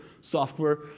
software